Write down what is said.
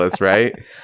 right